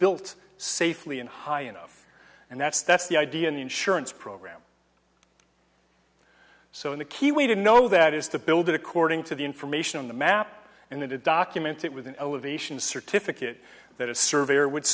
built safely and high enough and that's that's the idea of the insurance program so in the key way to know that is to build it according to the information on the map and then to document it with an elevation certificate that a surveyor w